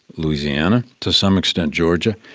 louisiana, to some extent georgia.